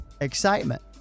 excitement